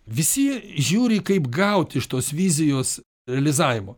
visi žiūri kaip gaut iš tos vizijos realizavimo